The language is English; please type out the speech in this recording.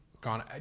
gone